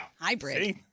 Hybrid